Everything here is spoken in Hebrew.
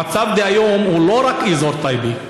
במצב דהיום זה לא רק אזור טייבה,